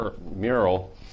mural